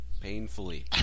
Painfully